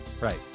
right